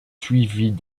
suivies